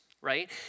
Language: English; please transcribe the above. right